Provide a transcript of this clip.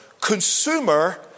Consumer